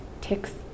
ticks